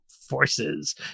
forces